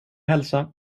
hälsa